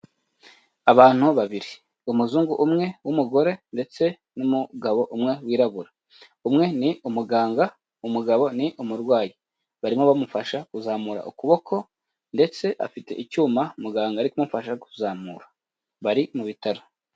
Abantu babiri. Umuzungu umwe w'umugore ndetse n'umugabo umwe wirabura. Umwe ni umuganga, umugabo ni umurwayi. Barimo bamufasha kuzamura ukuboko ndetse afite icyuma muganga ari kumufasha kuzamura. Bari mu bitaro.